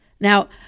Now